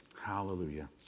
Hallelujah